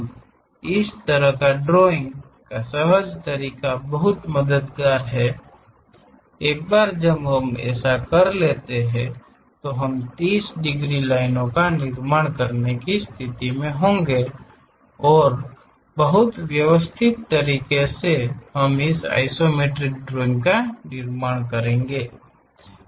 अब इस तरह का ड्राइंग का सहज तरीका बहुत मददगार है एक बार जब हम ऐसा कर लेते हैं तो हम 30 डिग्री लाइनों का निर्माण करने की स्थिति में होंगे और बहुत व्यवस्थित तरीके से हम इस आइसोमेट्रिक ड्राइंग का निर्माण करेंगे